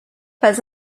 pas